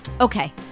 Okay